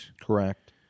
Correct